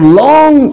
long